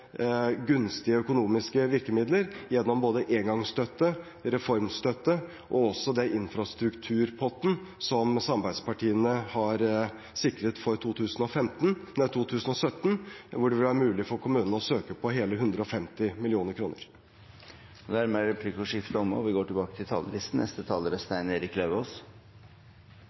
gunstige økonomiske virkemidler gjennom engangsstøtte, reformstøtte og også den infrastrukturpotten som samarbeidspartiene har sikret for 2017, hvor det vil være mulig for kommunene å søke på hele 150 mill. kr. Replikkordskiftet er omme. Utrettelig hører vi fra regjeringspartiene og kommunalministeren hvor bra alt har blitt, og